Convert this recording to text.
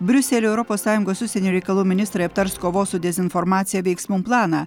briuselio europos sąjungos užsienio reikalų ministrai aptars kovos su dezinformacija veiksmų planą